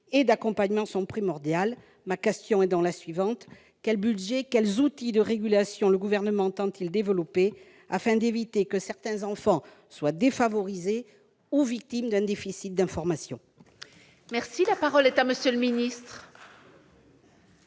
et d'accompagnement sont primordiales. Ma question est la suivante : quel budget et quels outils de régulation le Gouvernement entend-il développer afin d'éviter que certains enfants ne soient défavorisés ou victimes d'un déficit d'information ? La parole est à M. le ministre.